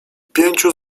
pięciu